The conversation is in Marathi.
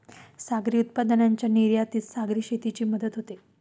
सागरी उत्पादनांच्या निर्यातीत सागरी शेतीची मदत होते